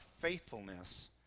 faithfulness